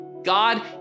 God